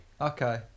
Okay